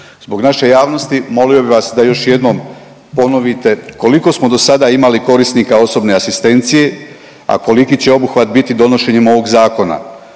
Zbog naše javnosti molio bih vas da još jednom ponovite koliko smo do sada imali korisnika osobne asistencije, a koliki će obuhvat biti donošenjem ovog zakona.